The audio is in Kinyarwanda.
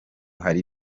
hari